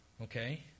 okay